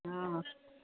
हा